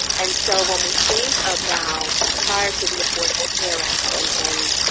and so when we think about prior to the affordable care act, and and